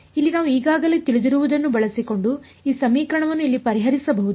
ಇಲ್ಲಿ ನಾವು ಈಗಾಗಲೇ ತಿಳಿದಿರುವದನ್ನು ಬಳಸಿಕೊಂಡು ಈ ಸಮೀಕರಣವನ್ನು ಇಲ್ಲಿ ಪರಿಹರಿಸಬಹುದೇ